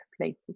places